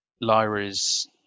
Lyra's